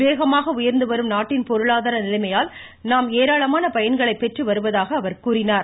வேகமாக உயர்ந்து வரும் நாட்டின் பொருளாதார நிலைமையால் நாம் ஏராளமான பயன்களை பெற்று வருவதாகவும் அவர் கூறினார்